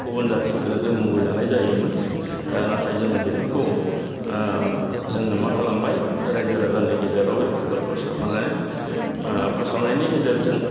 गुबुन जातिफोरजों जों मुगैजानाय जायोमोन दा नाथाय जों बेफोरखौ जोङो मा खालामबाय रायजो राजानि गेजेराव बेफोरखौ फोसाबनानै फोसावनायनि गेजेरजों